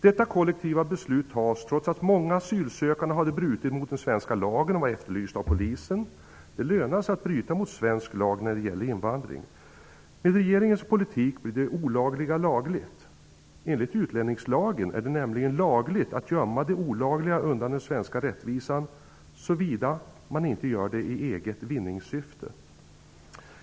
Detta kollektiva beslut fattades, trots att många asylsökande hade brutit mot den svenska lagen och var efterlysta av polisen. Det lönar sig att bryta mot svensk lag när det gäller invandring. Med regeringens politik blir det olagliga lagligt. Enligt utlänningslagen är det nämligen lagligt att gömma de olagliga undan den svenska rättvisan, såvida man inte gör det i eget vinningssyfte.